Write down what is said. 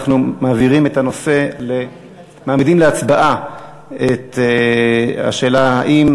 אנחנו מעמידים להצבעה את השאלה האם